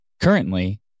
Currently